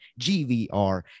GVR